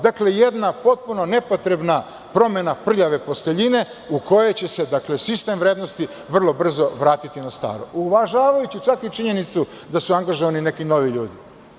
Dakle, jedna potpuno nepotrebna promena prljave posteljine, u kojoj će se sistem vrednosti vrlo brzo vratiti na staro, uvažavajući čak i činjenicu da su angažovani neki novi ljudi.